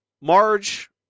Marge